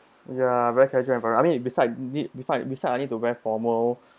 ya very causal environment I mean beside this beside beside I need to wear formal